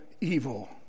evil